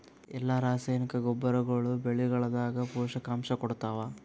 ಎಲ್ಲಾ ರಾಸಾಯನಿಕ ಗೊಬ್ಬರಗೊಳ್ಳು ಬೆಳೆಗಳದಾಗ ಪೋಷಕಾಂಶ ಕೊಡತಾವ?